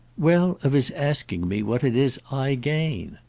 well, of his asking me what it is i gain.